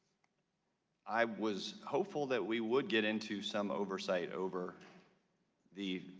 i was hopeful that we would get into some oversight over the